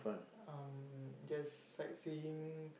um just sightseeing